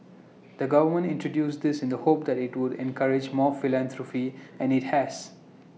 the government introduced this in the hope that IT would encourage more philanthropy and IT has